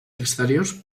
exteriors